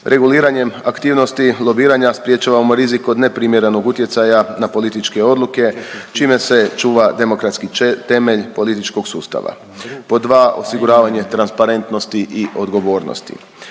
Reguliranjem aktivnosti lobiranja sprječavamo rizik od neprimjerenog utjecaja na političke odluke, čime se čuva demokratski temelj političkog sustava. Pod 2., osiguravanje transparentnosti i odgovornosti.